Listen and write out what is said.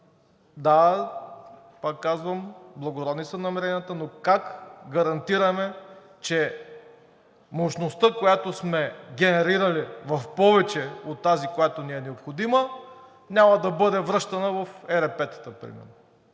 Да, пак казвам, благородни са намеренията, но как гарантираме, че мощността, която сме генерирали в повече от тази, която ни е необходима, няма да бъде връщана в ЕРП-тата примерно?